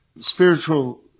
spiritual